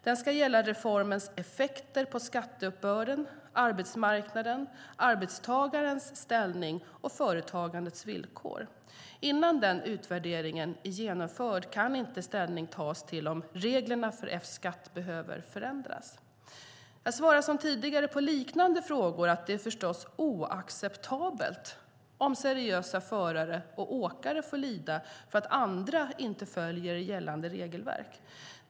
Den ska gälla reformens effekter på skatteuppbörden, arbetsmarknaden, arbetstagarens ställning och företagandets villkor. Innan den utvärderingen är genomförd kan inte ställning tas till om reglerna för F-skatt behöver förändras. Jag svarar som tidigare på liknande frågor att det förstås är oacceptabelt om seriösa förare och åkare får lida för att andra inte följer gällande regelverk.